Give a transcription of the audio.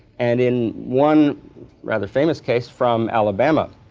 and in one rather famous case from alabama,